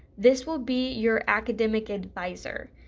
this will be your academic advisor.